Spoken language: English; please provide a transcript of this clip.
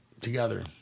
together